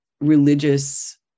religious